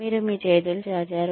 మీరు మీ చేతులు ఛాచారు